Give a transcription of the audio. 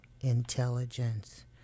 intelligence